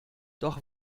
doch